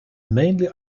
mainly